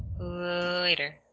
Later